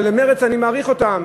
אבל, מרצ, אני מעריך אותם.